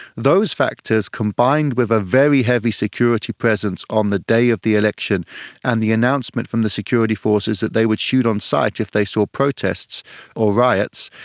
those factors, combined with a very heavy security presence on the day of the election and the announcement from the security forces that they would shoot on sight if they saw protests or riots,